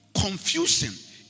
confusion